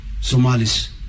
Somalis